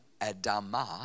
Adama